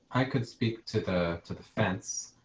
i could speak to the to the fence.